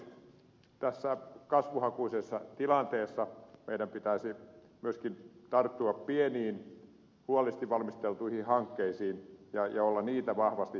elikkä nyt tässä kasvuhakuisessa tilanteessa meidän pitäisi myöskin tarttua pieniin huolellisesti valmisteltuihin hankkeisiin ja olla niitä vahvasti tukemassa